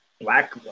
black